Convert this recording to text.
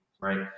right